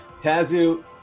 Tazu